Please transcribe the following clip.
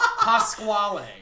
Pasquale